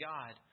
God